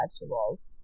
vegetables